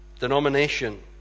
denomination